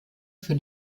für